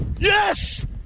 Yes